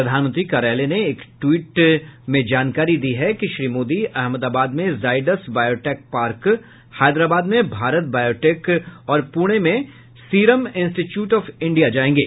प्रधानमंत्री कार्यालय ने एक ट्वीट से जानकारी दी है कि श्री मोदी अहमदाबाद में जायडस बायोटेक पार्क हैदराबाद में भारत बायोटेक और पुणे में सीरम इंस्टीट्यूट ऑफ इंडिया जाएंगे